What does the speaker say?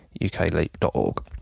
UKLEAP.org